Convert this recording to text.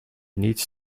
needs